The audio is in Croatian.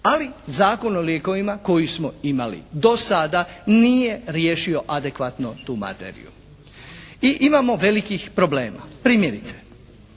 Ali Zakon o lijekovima koji smo imali do sada nije riješio adekvatno tu materiju. I imamo velikih problema. Primjerice,